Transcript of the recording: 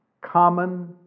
common